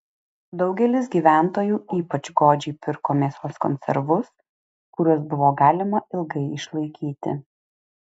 daugelis gyventojų ypač godžiai pirko mėsos konservus kuriuos buvo galima ilgai išlaikyti